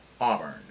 Auburn